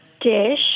dish